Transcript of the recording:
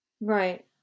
Right